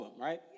right